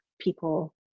people